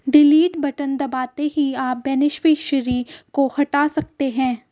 delete button दबाते ही आप बेनिफिशियरी को हटा सकते है